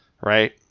right